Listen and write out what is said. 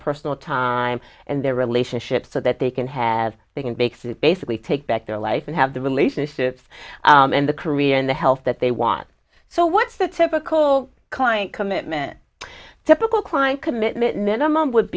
personal time and their relationships so that they can have they can bake to basically take back their life and have the relationships and the career and the health that they want so what's the typical client commitment typical client commitment minimum would